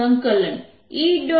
પછી E